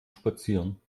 spazieren